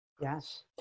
Yes